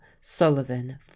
sullivan